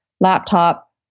laptop